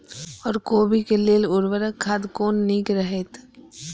ओर कोबी के लेल उर्वरक खाद कोन नीक रहैत?